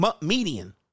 median